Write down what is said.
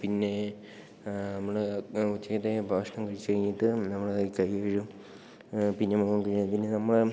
പിന്നെ നമ്മള് ഉച്ചയ്ക്കത്തെ ഭക്ഷണം കഴിച്ചു കഴിഞ്ഞിട്ട് നമ്മള് പോയി കൈ കഴുകും പിന്നെ മുഖം കഴുകും പിന്നെ നമ്മള്